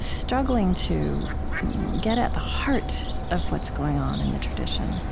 struggling to get at the heart of what's going on in the tradition